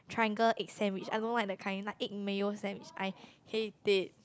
triangle egg sandwich I don't like that kind like egg mayo sandwich I hate it